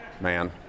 man